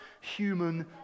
human